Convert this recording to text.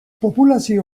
populazio